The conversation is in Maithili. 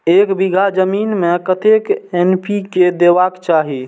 एक बिघा जमीन में कतेक एन.पी.के देबाक चाही?